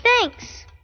Thanks